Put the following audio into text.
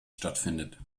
stattfindet